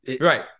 Right